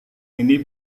ini